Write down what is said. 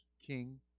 King